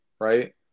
right